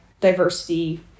diversity